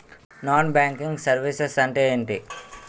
Non banking services అంటే ఎంటి?